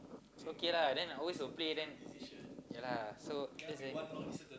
so okay lah and then I always will play then ya lah so as in